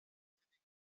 monténégro